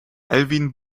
alwin